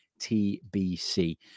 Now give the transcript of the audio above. TBC